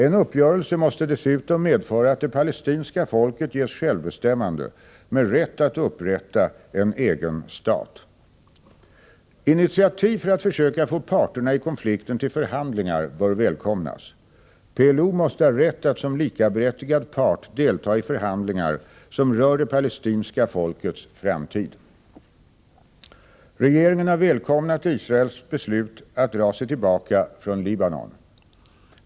En uppgörelse måste dessutom medföra att det palestinska folket ges självbestämmande med rätt att upprätta en egen stat. Initiativ för att försöka få parterna i konflikten till förhandlingar bör välkomnas. PLO måste ha rätt att som likaberättigad part delta i förhandlingar som rör det palestinska folkets framtid. Regeringen har välkomnat Israels beslut att dra sig tillbaka från Libanon.